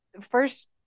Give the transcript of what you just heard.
first